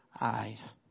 eyes